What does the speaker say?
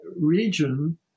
region